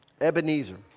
Ebenezer